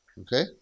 Okay